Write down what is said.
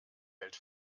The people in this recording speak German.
hält